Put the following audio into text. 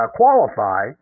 qualify